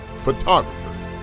photographers